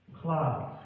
clouds